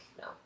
no